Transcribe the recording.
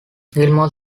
gilmore